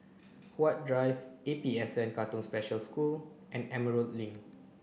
Huat Drive A P S N Katong Special School and Emerald Link